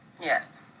Yes